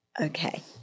Okay